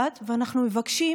ואנחנו מבקשים